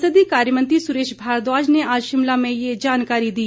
संसदीय कार्य मंत्री सुरेश भारद्वाज ने आज शिमला में ये जानकारी दी